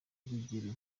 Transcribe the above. urugero